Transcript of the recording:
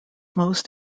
most